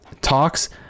talks